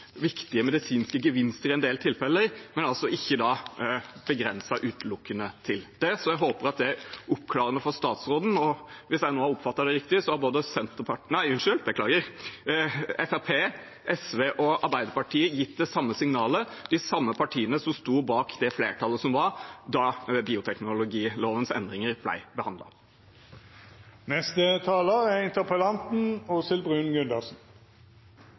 viktige medisinske gevinster i en del tilfeller – altså ikke begrenset utelukkende til det. Jeg håper at det er oppklarende for statsråden. Hvis jeg nå har oppfattet det riktig, har både Fremskrittspartiet, SV og Arbeiderpartiet gitt det samme signalet – de samme partiene som sto bak det flertallet som var da bioteknologilovens endringer